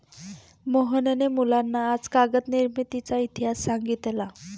मोहनने मुलांना आज कागद निर्मितीचा इतिहास सांगितला